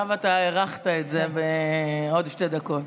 עכשיו אתה הארכת את זה בעוד שתי דקות.